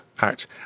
act